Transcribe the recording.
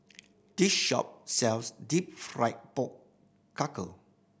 this shop sells deep fried pork